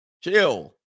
Chill